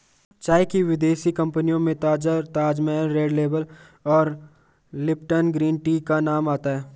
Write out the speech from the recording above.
चाय की विदेशी कंपनियों में ताजा ताजमहल रेड लेबल और लिपटन ग्रीन टी का नाम आता है